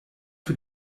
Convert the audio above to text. für